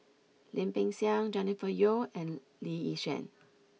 Lim Peng Siang Jennifer Yeo and Lee Yi Shyan